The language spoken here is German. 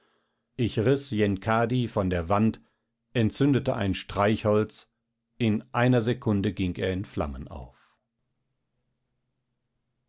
ich riß yenkadi von der wand entzündete ein streichholz in einer sekunde ging er in flammen auf